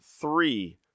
three